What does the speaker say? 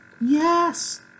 yes